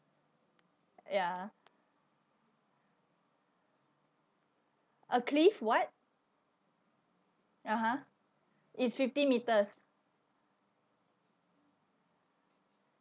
ya a cliff what (uh huh) it's fifty metres